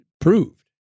proved